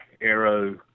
Arrow